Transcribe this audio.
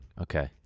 Okay